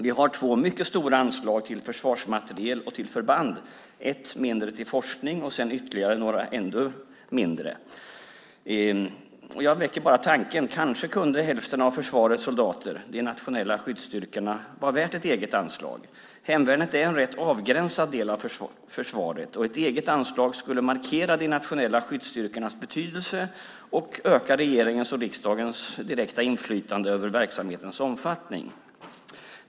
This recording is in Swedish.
Vi har två mycket stora anslag till försvarsmateriel och till förband, ett mindre till forskning och ytterligare några ännu mindre. Jag väcker bara tanken att kanske kunde hälften av försvarets soldater - de nationella skyddsstyrkorna - vara värt ett eget anslag. Hemvärnet är en rätt avgränsad del av försvaret, och ett eget anslag skulle markera de nationella skyddsstyrkornas betydelse och öka regeringens och riksdagens direkta inflytande över verksamhetens omfattning.